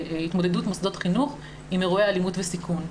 והתמודדות מוסדות חינוך עם אירועי אלימות וסיכון,